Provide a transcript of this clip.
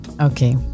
Okay